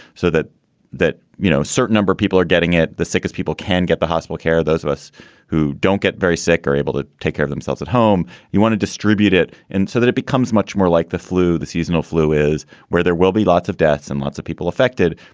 so that that, you know, a certain number of people are getting it. the sickest people can get the hospital care, those of us who don't get very sick or able to take care of themselves at home. you want to distribute it. and so that it becomes much more like the flu. the seasonal flu is where there will be lots of deaths and lots of people affected.